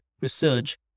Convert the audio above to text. research